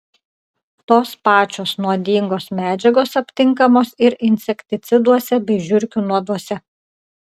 tos pačios nuodingos medžiagos aptinkamos ir insekticiduose bei žiurkių nuoduose